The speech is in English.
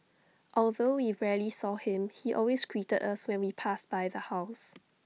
although we rarely saw him he always greeted us when we passed by the house